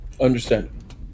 Understand